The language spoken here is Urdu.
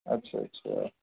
اچھا اچھا